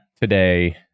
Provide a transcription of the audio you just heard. today